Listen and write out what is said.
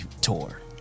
tour